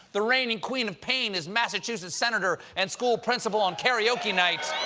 the reigning queen of pain is massachusetts senator and school principal on karaoke night,